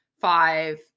five